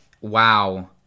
wow